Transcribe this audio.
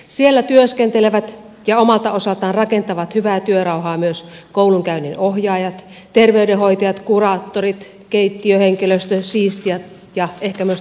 siellä työskentelevät ja omalta osaltaan rakentavat hyvää työrauhaa myös koulunkäynnin ohjaajat terveydenhoitajat kuraattorit keittiöhenkilöstö siistijät ja ehkä myös talonmiehet